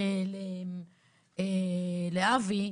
לאבי,